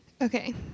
Okay